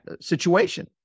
situation